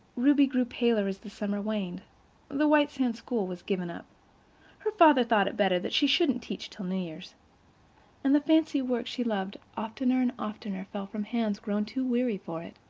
ruby grew paler as the summer waned the white sands school was given up her father thought it better that she shouldn't teach till new year's and the fancy work she loved oftener and oftener fell from hands grown too weary for it.